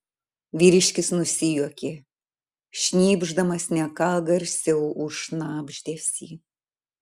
vyriškis nusijuokė šnypšdamas ne ką garsiau už šnabždesį